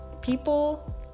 people